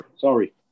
Sorry